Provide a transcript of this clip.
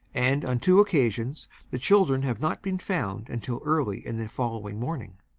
and on two occasions the children have not been found until early in the following morning.